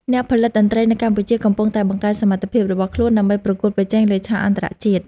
អ្នកផលិតតន្ត្រីនៅកម្ពុជាកំពុងតែបង្កើនសមត្ថភាពរបស់ខ្លួនដើម្បីប្រកួតប្រជែងលើឆាកអន្តរជាតិ។